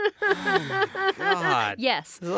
Yes